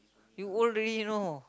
you old already you know